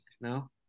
No